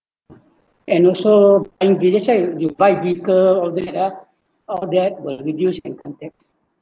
and also angry that's why you you buy vehicle all that ah all that will reduce income tax